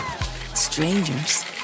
Strangers